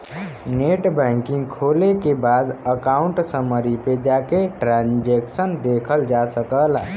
net banking खोले के बाद अकाउंट समरी पे जाके ट्रांसैक्शन देखल जा सकला